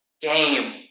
game